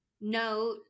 Note